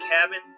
cabin